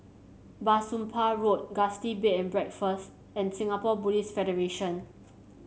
Bah Soon Pah Road Gusti Bed and Breakfast and Singapore Buddhist Federation